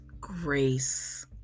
grace